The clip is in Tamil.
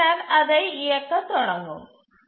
பின்னர் அதை இயங்கத் தொடங்குகிறது